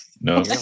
No